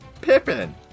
Pippin